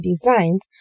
Designs